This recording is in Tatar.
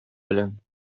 белән